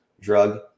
drug